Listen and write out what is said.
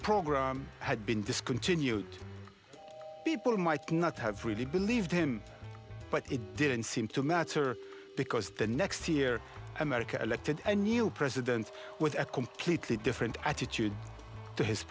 program had been discontinued people might not have really believed him but it didn't seem to matter because the next year america elected a new president with a completely different attitude to his